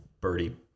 birdie